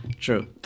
True